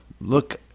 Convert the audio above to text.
look